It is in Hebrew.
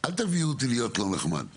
אל תביאו אותי להיות לא נחמד.